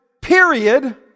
period